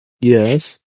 Yes